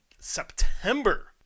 September